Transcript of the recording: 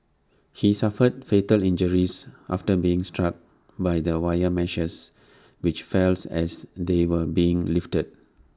he suffered fatal injuries after being struck by the wire meshes which fells as they were being lifted